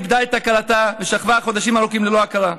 איבדה את הכרתה ושכבה חודשים ארוכים ללא הכרה.